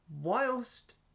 whilst